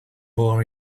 born